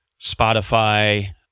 Spotify